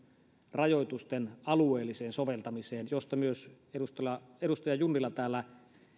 rajoitusten alueelliseen soveltamiseen josta myös edustaja junnila täällä